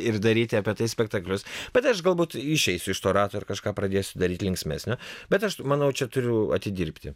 ir daryti apie tai spektaklius bet aš galbūt išeisiu iš to rato ir kažką pradėsiu daryt linksmesnio bet aš manau čia turiu atidirbti